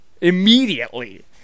immediately